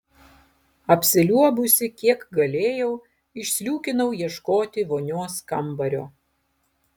apsiliuobusi kiek galėjau išsliūkinau ieškoti vonios kambario